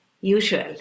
usual